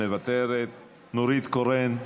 מוותרת, נורית קורן,